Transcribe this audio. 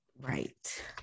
Right